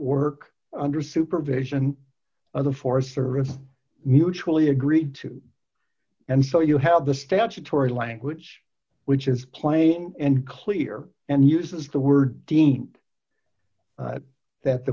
work under supervision of the forest service mutually agreed to and so you have the statutory language which is plain and clear and uses the word deemed that the